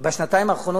רק בשנתיים האחרונות?